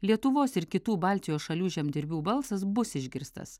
lietuvos ir kitų baltijos šalių žemdirbių balsas bus išgirstas